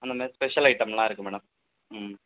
அந்த மாரி ஸ்பெஷல் ஐட்டம்லாம் இருக்கு மேடம் ம்